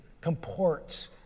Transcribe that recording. comports